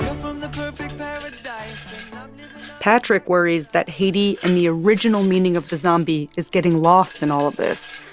from the perfect paradise patrick worries that haiti and the original meaning of the zombie is getting lost in all of this.